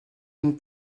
une